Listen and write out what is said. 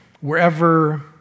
wherever